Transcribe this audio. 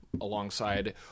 alongside